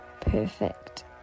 perfect